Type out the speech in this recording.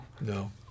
No